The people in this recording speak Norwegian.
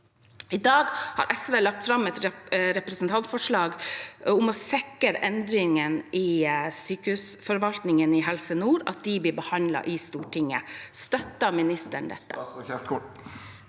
I dag har SV lagt fram et representantforslag om å sikre at endringene i sykehusforvaltningen i nord blir behandlet i Stortinget. Støtter ministeren det?